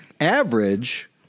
Average